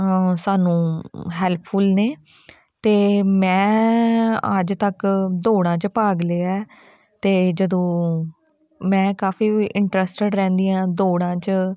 ਸਾਨੂੰ ਹੈਲਪਫੁਲ ਨੇ ਅਤੇ ਮੈਂ ਅੱਜ ਤੱਕ ਦੌੜਾਂ 'ਚ ਭਾਗ ਲਿਆ ਅਤੇ ਜਦੋਂ ਮੈਂ ਕਾਫੀ ਇੰਟਰਸਟਿਡ ਰਹਿੰਦੀ ਹਾਂ ਦੌੜਾ 'ਚ